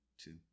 Two